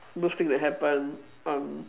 those thing that happened um